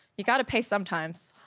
you gotta pay sometimes.